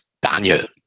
Daniel